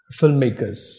filmmakers